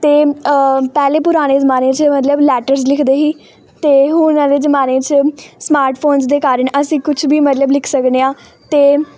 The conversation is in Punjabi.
ਅਤੇ ਪਹਿਲੇ ਪੁਰਾਣੇ ਜ਼ਮਾਨੇ 'ਚ ਮਤਲਬ ਲੈਟਰਸ ਲਿਖਦੇ ਸੀ ਅਤੇ ਹੁਣ ਵਾਲੇ ਜ਼ਮਾਨੇ 'ਚ ਸਮਾਰਟ ਫੋਨਸ ਦੇ ਕਾਰਨ ਅਸੀਂ ਕੁਛ ਵੀ ਮਤਲਬ ਲਿਖ ਸਕਦੇ ਹਾਂ ਅਤੇ